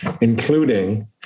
including